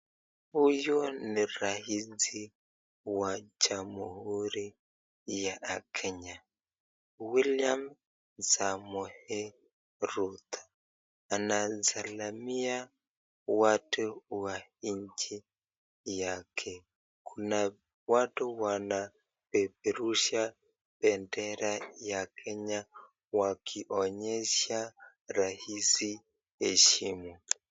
Huyu ni rais wa jamuhuri ya Kenya, William Samoei Ruto. Anasalamia watu wa nchi yake. Kuna watu wanapeperusha bendera ya Kenya wakionyesha raisi heshima.